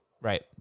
Right